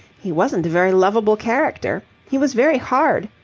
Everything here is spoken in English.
he wasn't a very lovable character. he was very hard.